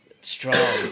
strong